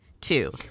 two